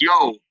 yo